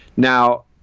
Now